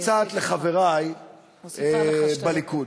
קצת לחברי בליכוד.